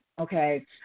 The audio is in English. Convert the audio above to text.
okay